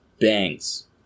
bangs